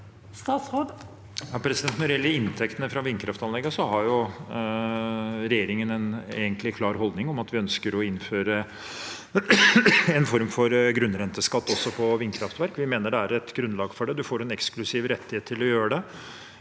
Når det gjelder inntektene fra vindkraftanleggene, har regjeringen egentlig en klar holdning om at vi ønsker å innføre en form for grunnrenteskatt også på vindkraftverk. Vi mener det er et grunnlag for det. En får en eksklusiv rettighet, og jeg